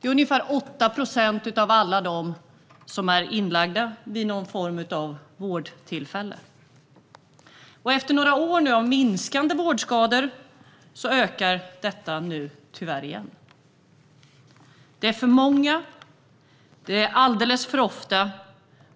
Det är ungefär 8 procent av alla dem som är inlagda vid ett vårdtillfälle. Efter några år av minskande vårdskador kan vi nu se att de tyvärr ökar igen. Det är för många och alldeles för ofta.